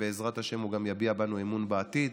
ובעזרת השם הוא גם יביע בנו אמון בעתיד,